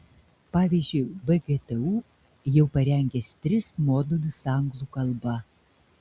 pavyzdžiui vgtu jau parengęs tris modulius anglų kalba